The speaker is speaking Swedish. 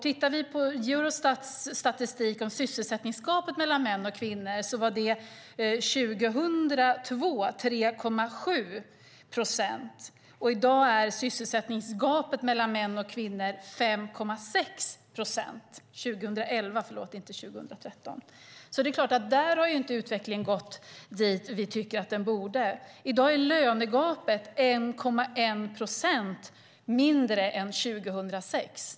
Tittar vi på Eurostats statistik om sysselsättningsgapet mellan män och kvinnor var det 3,7 procent år 2002. År 2011 var sysselsättningsgapet mellan män och kvinnor 5,6 procent. Där har utvecklingen inte gått dit vi tycker att den borde. I dag är lönegapet 1,1 procent mindre än 2006.